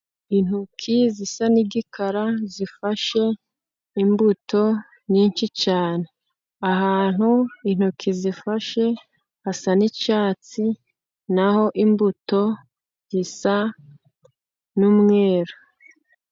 Intoki zisa n'umukara, zifashe imbuto nyinshi cyane, ahantu intoki zifashe hasa n'icyatsi, naho imbuto zisa n'umweru.